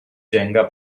jenga